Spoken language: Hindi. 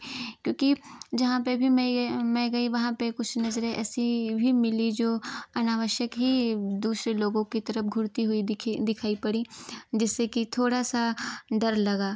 क्योंकि जहाँ पे भी में में गई वहाँ पर कुछ नज़रें ऐसी भी मिली जो अनावश्यक ही दूसरे लोगों के तरफ़ घूरती हुई दिखे दिखाई पड़ी जिससे की थोड़ा सा डर लगा